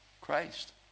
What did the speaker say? Christ